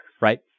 right